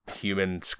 human